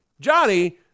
Johnny